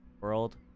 World